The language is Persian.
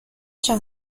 چند